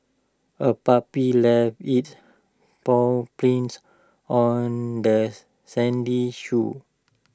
A puppy left its paw prints on the sandy shore